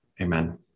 amen